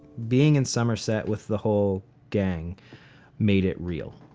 being in somerset with the whole gang made it real.